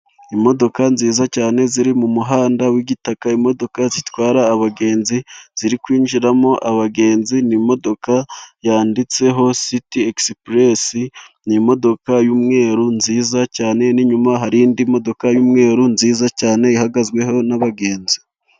Imodoka nziza cyane ziri mu muhanda w'igitaka, imodoka zitwara abagenzi, ziri kwinjiramo abagenzi, ni imodoka yanditseho siti egisipuresi, ni imodoka y'umweru nziza cyane, n'inyuma hari indi modoka y'umweru nziza cyane, ihagazweho n'abagenzi.